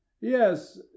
yes